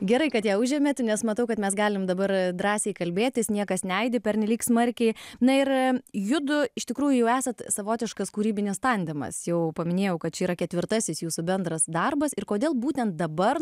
gerai kad ją užėmėt nes matau kad mes galim dabar drąsiai kalbėtis niekas neaidi pernelyg smarkiai na ir judu iš tikrųjų esat savotiškas kūrybinis tandemas jau paminėjau kad čia yra ketvirtasis jūsų bendras darbas ir kodėl būtent dabar